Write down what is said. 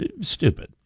stupid